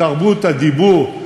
תרבות הדיבור,